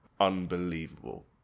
Unbelievable